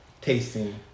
tasting